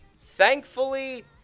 Thankfully